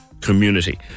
community